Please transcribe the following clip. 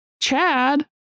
Chad